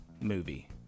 movie